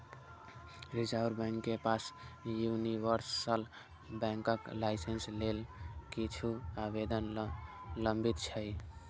reserve bank के पास universal बैंकक लाइसेंस लेल किछु आवेदन लंबित छै